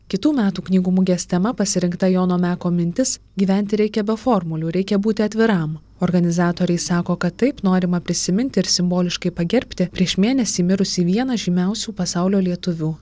kitų metų knygų mugės tema pasirinkta jono meko mintis gyventi reikia be formulių reikia būti atviram organizatoriai sako kad taip norima prisiminti ir simboliškai pagerbti prieš mėnesį mirusį vieną žymiausių pasaulio lietuvių